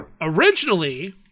Originally